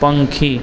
પંખી